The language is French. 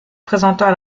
présentant